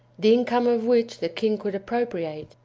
the income of which the king could appropriate.